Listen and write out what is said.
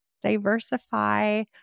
diversify